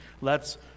lets